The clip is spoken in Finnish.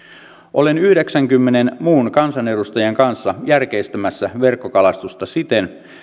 olen yhdeksänkymmenen muun kansanedustajan kanssa järkeistämässä verkkokalastusta siten